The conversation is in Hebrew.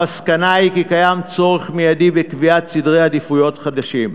המסקנה היא כי קיים צורך מיידי בקביעת סדרי עדיפויות חדשים.